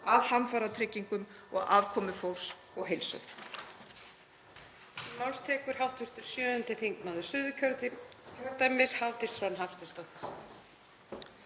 að hamfaratryggingum og afkomu fólks og heilsu.